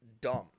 dumb